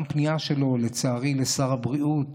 גם פנייה שלו, לצערי, לשר הבריאות